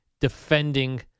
defending